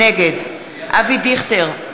נגד אבי דיכטר,